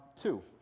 two